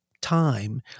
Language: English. time